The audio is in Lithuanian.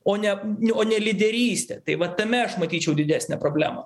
o ne o ne lyderystė tai va tame aš matyčiau didesnę problemą